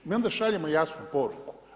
I mi onda šaljemo jasnu poruku.